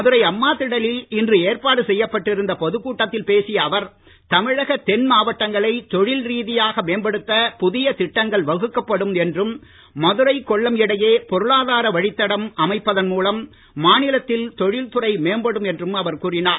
மதுரை அம்மாதிடலில் இன்று ஏற்பாடு செய்யப்பட்டிருந்த பொதுக்கூட்டத்தில் பேசிய அவர் தமிழக தென்மாவட்டங்களை தொழில் ரீதியாக மேம்படுத்த புதிய திட்டங்கள் வகுக்கப்படும் என்றும் மதுரை கொல்லம் இடையே பொருளாதார வழித்தடம் அமைப்பதன் மூலம் மாநிலத்தில் தொழில்துறை மேம்படும் என்றும் அவர் கூறினார்